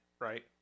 right